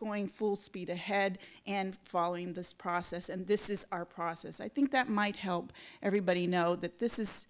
going full speed ahead and following the process and this is our process i think that might help everybody know that this is